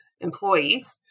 employees